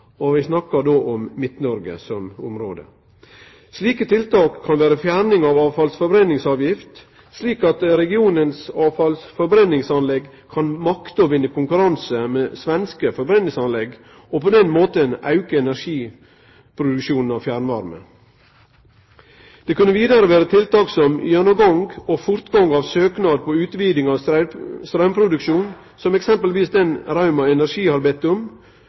om Midt-Noreg som område. Slike tiltak kan vere fjerning av avfallsforbrenningsavgift, slik at avfallsforbrenningsanlegga i regionen kan makte å vinne i konkurranse med svenske forbrenningsanlegg, og på den måten auke energiproduksjonen av fjernvarme. Det kunne vidare vere tiltak som gjennomgang og fortgang av søknader for utviding av straumproduksjon, eksempelvis den som Rauma Energi har bede om,